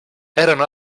erano